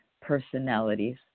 personalities